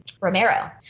Romero